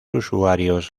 usuarios